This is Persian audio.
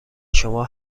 شما